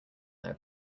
their